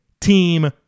team